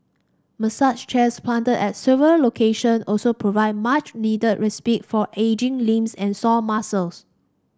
Massage chairs planted at several location also provide much needed respite for aching limbs and sore muscles